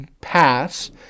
pass